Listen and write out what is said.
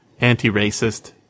anti-racist